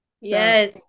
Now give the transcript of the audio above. Yes